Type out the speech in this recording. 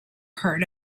heard